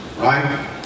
right